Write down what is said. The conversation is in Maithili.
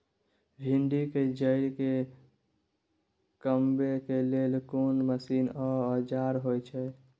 भिंडी के जईर के कमबै के लेल कोन मसीन व औजार होय छै?